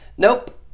Nope